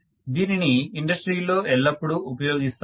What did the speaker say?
దీనిని ఇండస్ట్రీలలో ఎల్లప్పుడూ ఉపయోగిస్తాము